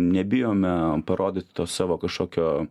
nebijome parodyti to savo kažkokio